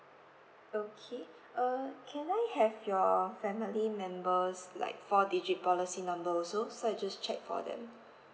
okay uh can I have your family members like four digit policy number also so I just check for them